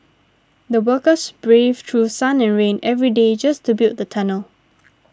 the workers braved through sun and rain every day just to build the tunnel